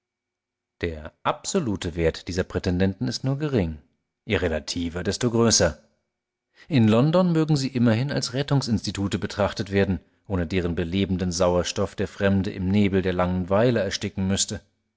der absolute wert dieser prätendenten ist nur gering ihr relativer desto größer in london mögen sie immerhin als rettungsinstitute betrachtet werden ohne deren belebenden sauerstoff der fremde im nebel der langenweile ersticken müßte